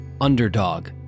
Underdog